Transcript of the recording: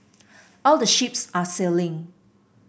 all the ships are sailing